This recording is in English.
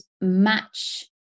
match